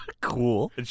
Cool